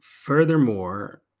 furthermore